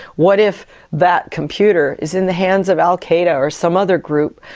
what if that computer is in the hands of al qaeda or some other group,